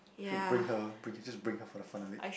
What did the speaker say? should bring her bring just bring her for the fun of it